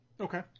Okay